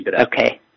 Okay